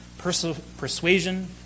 Persuasion